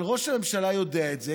אבל ראש הממשלה יודע את זה,